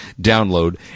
download